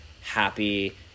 happy